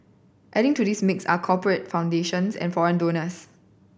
adding to this mix are corporate foundations and foreign donors